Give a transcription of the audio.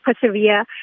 persevere